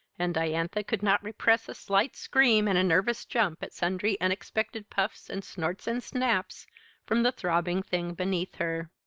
and diantha could not repress a slight scream and a nervous jump at sundry unexpected puffs and snorts and snaps from the throbbing thing beneath her.